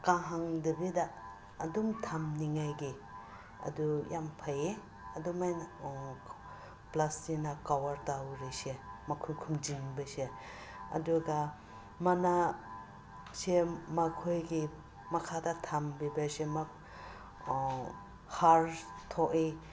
ꯀꯪꯍꯟꯗꯕꯤꯗ ꯑꯗꯨꯝ ꯊꯝꯅꯤꯡꯉꯥꯏꯒꯤ ꯑꯗꯨ ꯌꯥꯝ ꯐꯩꯌꯦ ꯑꯗꯨꯃꯥꯏꯅ ꯄ꯭ꯂꯥꯁꯇꯤꯛꯅ ꯀꯣꯕꯔ ꯇꯧꯔꯤꯁꯦ ꯃꯈꯨꯝ ꯈꯨꯝꯖꯤꯟꯕꯁꯦ ꯑꯗꯨꯒ ꯃꯅꯥ ꯁꯦ ꯃꯈꯣꯏꯒꯤ ꯃꯈꯥꯗ ꯊꯝꯂꯤꯕꯁꯦ ꯍꯥꯔ ꯊꯣꯛꯑꯦ